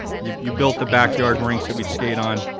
you you built the back yard rinks that we'd skate on,